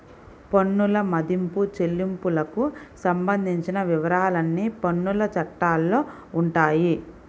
పన్నుల మదింపు, చెల్లింపులకు సంబంధించిన వివరాలన్నీ పన్నుల చట్టాల్లో ఉంటాయి